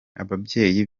ababyeyi